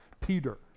Peter